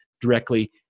directly